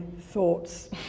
thoughts